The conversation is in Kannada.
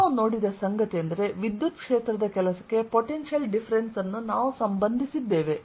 ನಾವು ನೋಡಿದ ಸಂಗತಿಯೆಂದರೆ ವಿದ್ಯುತ್ ಕ್ಷೇತ್ರದ ಕೆಲಸಕ್ಕೆ ಪೊಟೆನ್ಶಿಯಲ್ ಡಿಫರೆನ್ಸ್ ಅನ್ನು ನಾವು ಸಂಬಂಧಿಸಿದ್ದೇವೆ